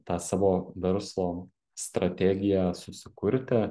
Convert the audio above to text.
tą savo verslo strategiją susikurti